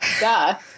Duh